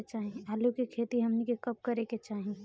आलू की खेती हमनी के कब करें के चाही?